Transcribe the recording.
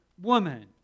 woman